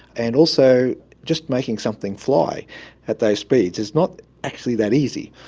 and also just making something fly at those speeds is not actually that easy.